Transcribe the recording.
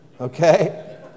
okay